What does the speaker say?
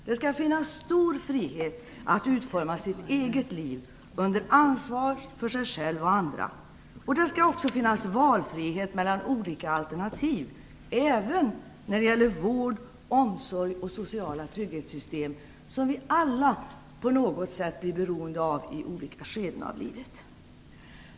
Det skall finnas stor frihet att utforma sitt eget liv under ansvar för sig själv och andra. Det skall också finnas valfrihet mellan olika alternativ även när det gäller vård, omsorg och sociala trygghetssystem, som vi alla på något sätt blir beroende av i olika skeden av livet.